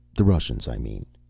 the russians, i mean.